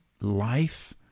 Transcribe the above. life